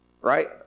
right